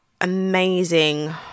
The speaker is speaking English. amazing